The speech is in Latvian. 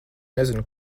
nezinu